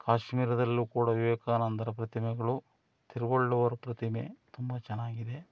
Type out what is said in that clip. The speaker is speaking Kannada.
ಕಾಶ್ಮೀರದಲ್ಲೂ ಕೂಡ ವಿವೇಕಾನಂದರ ಪ್ರತಿಮೆಗಳು ತಿರುವಳ್ಳುವರ್ ಪ್ರತಿಮೆ ತುಂಬ ಚೆನ್ನಾಗಿದೆ